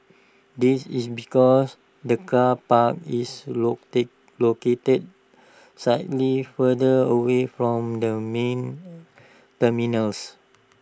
this is because the car park is locate located slightly further away from the main terminals